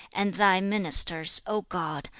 and thy ministers, o god,